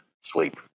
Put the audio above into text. sleep